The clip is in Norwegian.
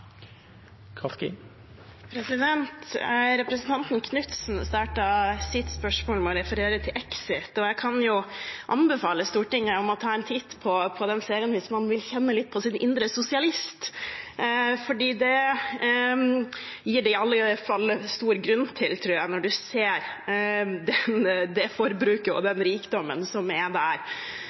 Knutsen startet sitt spørsmål med å referere til Exit, og jeg kan anbefale Stortinget å ta en titt på den serien hvis man vil kjenne litt på sin indre sosialist, for det gir det i alle fall stor grunn til, tror jeg, når man ser det forbruket og den rikdommen som er der.